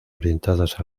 orientadas